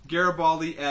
Garibaldi